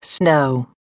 Snow